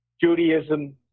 Judaism